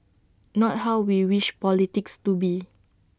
not how we wish politics to be